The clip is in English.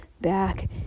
back